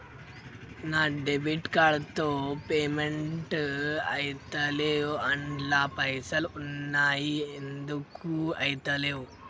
నా debit card తో payment ఐతలేవ్ అండ్ల పైసల్ ఉన్నయి ఎందుకు ఐతలేవ్?